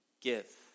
Give